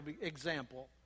example